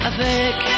Avec